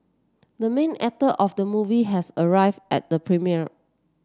the main actor of the movie has arrived at the premiere